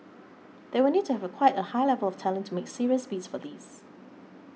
they will need to have quite a high level of talent to make serious bids for these